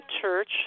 church